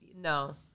No